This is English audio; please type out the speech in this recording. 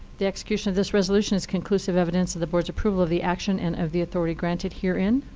the execution of this resolution is conclusive evidence of the board's approval of the action and of the authority granted herein.